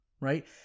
right